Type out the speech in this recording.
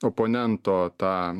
oponento tą